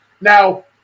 Now